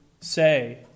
say